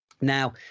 Now